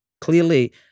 Clearly